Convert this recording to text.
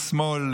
שמאל,